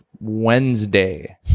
wednesday